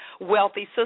Wealthy